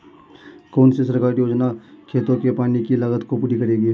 कौन सी सरकारी योजना खेतों के पानी की लागत को पूरा करेगी?